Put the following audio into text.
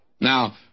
Now